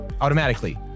automatically